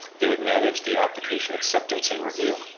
they would manage the application acceptance and review,